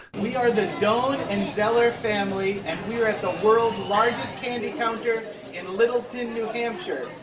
we are the done and zeller family and we're at the world's largest candy counter in littleton, new hampshire,